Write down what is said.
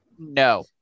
No